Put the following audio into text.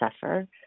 suffer